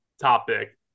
topic